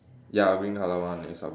ya green colour one it's a